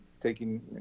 taking